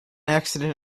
accident